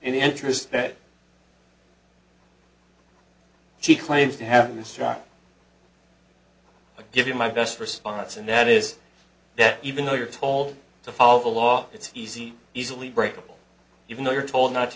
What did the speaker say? the interest that she claims to have this try to give you my best response and that is that even though you're told to follow the law it's easy easily breakable even though you're told not to